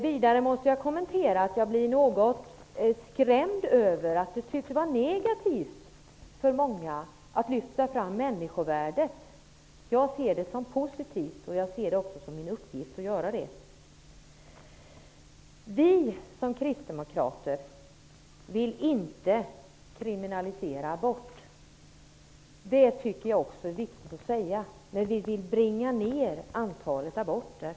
Vidare måste jag säga att jag blir något skrämd över att det tycks vara negativt för många att lyfta fram människovärdet. Jag ser det som positivt, och jag ser det också som min uppgift att göra det. Vi krisdemokrater vill inte kriminalisera aborten -- det tycker jag är viktigt att säga -- men vi vill bringa ner antalet aborter.